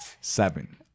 Seven